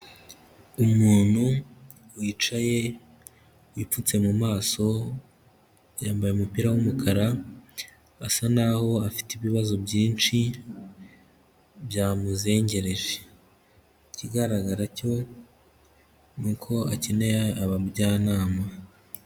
Uyu muntu wicaye yipfutse mu maso, yambaye umupira w'umukara, asa nk'aho afite ibibazo byinshi byamuzengereje. Ikigaragara cyo, ni uko akeneye abajyanama.